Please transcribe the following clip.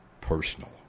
personal